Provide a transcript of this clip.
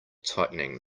tightening